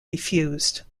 refused